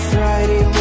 Friday